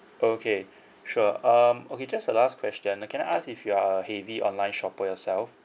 okay sure um okay just a last question can I ask if you're heavy online shopper yourself